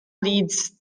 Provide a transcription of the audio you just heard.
leads